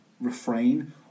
refrain